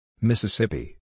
Mississippi